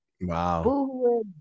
Wow